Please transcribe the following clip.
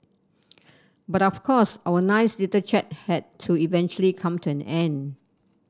but of course our nice little chat had to eventually come to an end